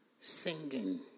singing